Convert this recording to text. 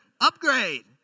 upgrade